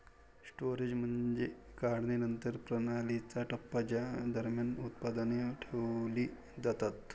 storage म्हणजे काढणीनंतरच्या प्रणालीचा टप्पा ज्या दरम्यान उत्पादने ठेवली जातात